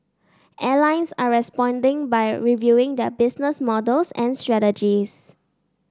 airlines are responding by reviewing their business models and strategies